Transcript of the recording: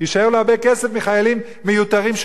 יישאר לו הרבה כסף מחיילים מיותרים שהוא